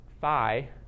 phi